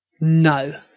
No